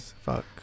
Fuck